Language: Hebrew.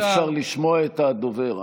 אי-אפשר לשמוע את הדובר,